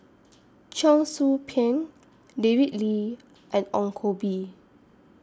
Cheong Soo Pieng David Lee and Ong Koh Bee